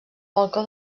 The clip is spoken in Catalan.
balcó